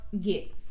get